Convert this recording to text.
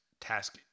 task